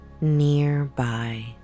Nearby